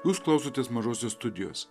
jūs klausotės mažosios studijos